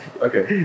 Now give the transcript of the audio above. okay